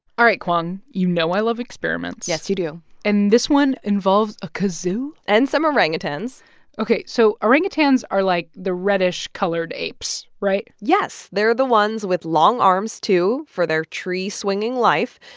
all right, kwong. you know i love experiments yes, you do and this one involves a kazoo and some orangutans ok. so orangutans are, like, the reddish-colored apes, right? yes. they're the ones with long arms, too, for their tree-swinging life.